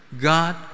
God